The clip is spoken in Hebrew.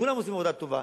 כולם עושים עבודה טובה,